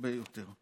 הרבה הרבה יותר.